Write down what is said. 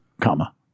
comma